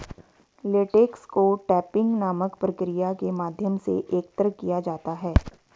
latex को tapping नामक प्रक्रिया के माध्यम से एकत्र किया जाता है